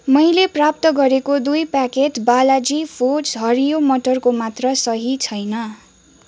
मैले प्राप्त गरेको दुई प्याकेट बालाजी फुड्स हरियो मटरको मात्रा सही छैन